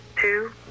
Two